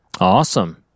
Awesome